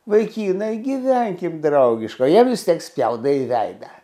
vaikinai gyvenkim draugiškai jie vis tiek spjaudo į veidą